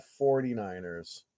49ers